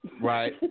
Right